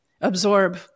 absorb